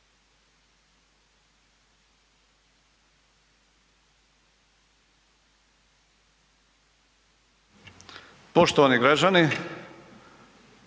Poštovani građani,